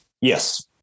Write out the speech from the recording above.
Yes